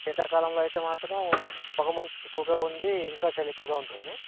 శీతాకాలంలో అయితే మాత్రం పొగమంచు ఎక్కువగా ఉండి ఇంకా చలి ఎక్కువగా ఉంటుంది